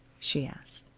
she asked.